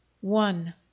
One